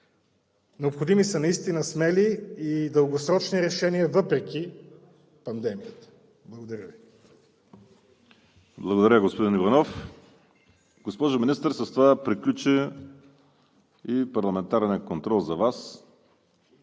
необходими са наистина смели и дългосрочни решения въпреки пандемията. Благодаря. ПРЕДСЕДАТЕЛ ВАЛЕРИ СИМЕОНОВ: Благодаря, господин Иванов. Госпожо Министър, с това приключи и парламентарният контрол за Вас.